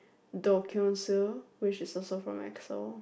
Do-Kyung-Soo which is also from Exo